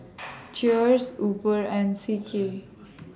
Cheers Uber and C K